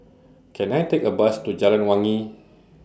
Can I Take A Bus to Jalan Wangi